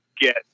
get